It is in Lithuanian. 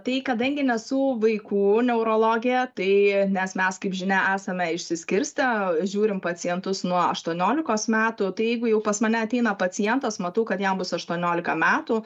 tai kadangi nesu vaikų neurologė tai nes mes kaip žinia esame išsiskirstę žiūrim pacientus nuo aštuoniolikos metų tai jeigu jau pas mane ateina pacientas matau kad jam bus aštuoniolika metų